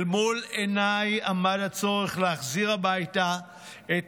"אל מול עיניי עמד הצורך להחזיר הביתה את